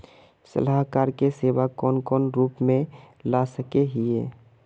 सलाहकार के सेवा कौन कौन रूप में ला सके हिये?